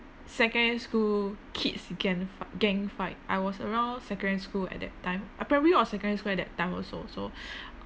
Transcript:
secondary school kids gang fi~ gang fight I was around secondary school at that time uh primary or secondary school at that time also so